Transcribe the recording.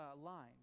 line